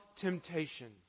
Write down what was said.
temptations